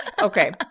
Okay